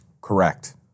correct